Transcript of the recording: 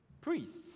Priests